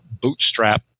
bootstrap